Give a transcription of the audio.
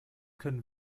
können